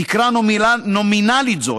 תקרה נומינלית זו,